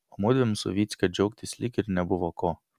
o mudviem su vycka džiaugtis lyg ir nebuvo ko